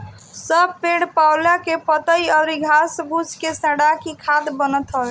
सब पेड़ पालो के पतइ अउरी घास फूस के सड़ा के खाद बनत हवे